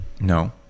No